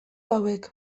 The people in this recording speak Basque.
hauek